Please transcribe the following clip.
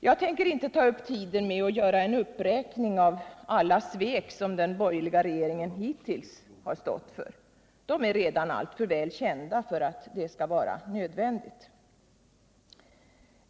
Jag tänker inte ta upp tiden med att göra en uppräkning av alla svek som den borgerliga regeringen hitulls har stått för. De är redan alltför väl kända för att det skall vara nödvändigt.